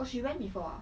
oh she went before ah